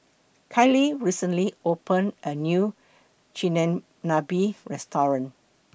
Kali recently opened A New Chigenabe Restaurant